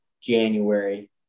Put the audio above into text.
January